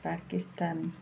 Pakistan